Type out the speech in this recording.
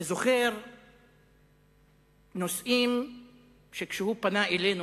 אני זוכר נושאים שכשהוא פנה אלינו,